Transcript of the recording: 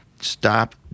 Stop